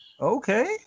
Okay